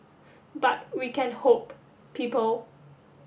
but we can hope people